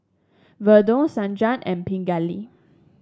Redre Sanjeev and Pingali